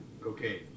cocaine